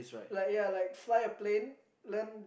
like ya like fly a plane learn